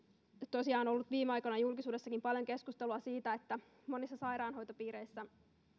tosiaan ollut viime aikoina julkisuudessakin paljon keskustelua siitä että monissa sairaanhoitopiireissä